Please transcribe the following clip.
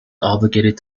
obliged